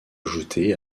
ajouté